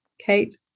Kate